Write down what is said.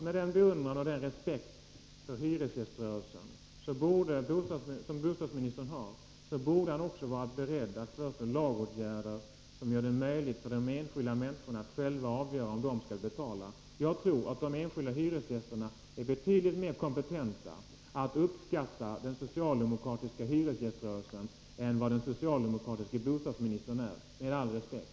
Med den beundran och respekt för hyresgäströrelsen som bostadsministern hyser borde han också vara beredd att föreslå lagändringar, som gör det möjligt för de enskilda människorna att själv avgöra om de skall betala medlemsavgifter. Jag tror att de enskilda hyresgästerna är betydligt mera kompetenta att uppskatta den socialdemokratiska hyresgäströrelsen än vad den socialdemokratiske bostadsministern är — med all respekt.